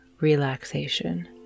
relaxation